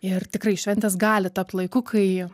ir tikrai šventės gali tapt laiku kai